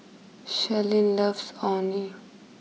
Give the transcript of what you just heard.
Sherlyn loves Orh Nee